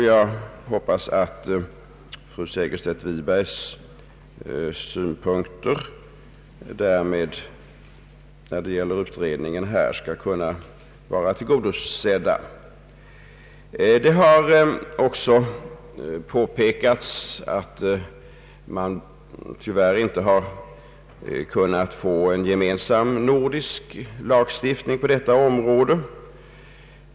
Jag hoppas att fru Segerstedt Wibergs synpunkter därmed också skall ha blivit beaktade. Det har också påpekats att man tyvärr inte har kunnat få en gemensam nordisk lagstiftning på detta område.